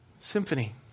Symphony